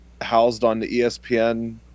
housed-on-the-ESPN